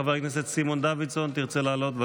חבר הכנסת סימון דוידסון, תרצה לעלות?